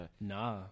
Nah